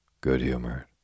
good-humored